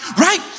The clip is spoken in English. right